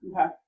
Okay